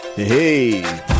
hey